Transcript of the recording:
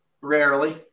rarely